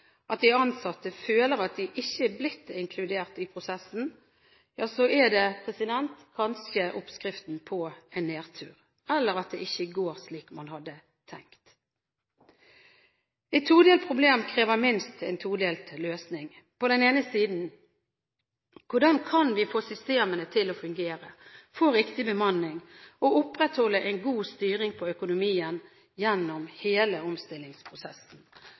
at de ansatte føler at de ikke er blitt inkludert i prosessen, ja, så er det kanskje oppskriften på en nedtur eller at det ikke går slik man hadde tenkt. Et todelt problem krever minst en todelt løsning. På den ene siden: Hvordan kan vi få systemene til å fungere, få riktig bemanning og opprettholde en god styring på økonomien gjennom hele omstillingsprosessen?